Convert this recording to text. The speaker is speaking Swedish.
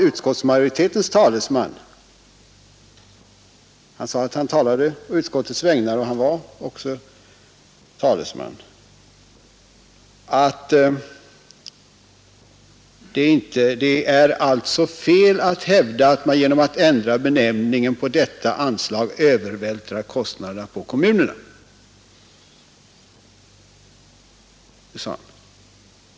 Utskottets talesman sade i alla fall tydligt att det är fel att hävda att man genom att ändra benämningen på detta anslag övervältrar kostnaderna på kommunerna.